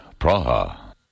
Praha